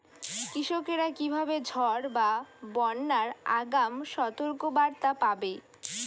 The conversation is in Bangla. কৃষকেরা কীভাবে ঝড় বা বন্যার আগাম সতর্ক বার্তা পাবে?